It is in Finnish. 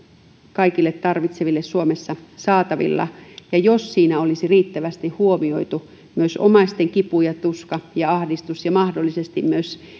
kaikille tarvitseville suomessa saatavilla ja jos siinä olisi riittävästi huomioitu myös omaisten kipu ja tuska ja ahdistus ja mahdollisesti myös